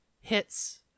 hits